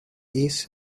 east